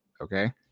Okay